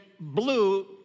Blue